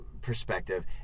perspective